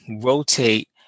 rotate